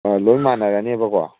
ꯂꯣꯏ ꯃꯥꯟꯅꯔꯅꯦꯕꯀꯣ